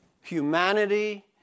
humanity